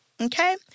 Okay